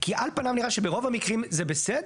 כי על פניו נראה שברוב המקרים זה בסדר,